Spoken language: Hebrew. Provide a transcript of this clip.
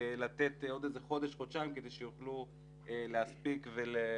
לתת עוד איזה חודש חודשיים כדי שיוכלו להספיק ולהתקין.